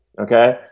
okay